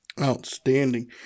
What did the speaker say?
Outstanding